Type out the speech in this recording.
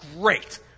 great